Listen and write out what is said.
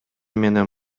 менен